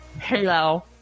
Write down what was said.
Hello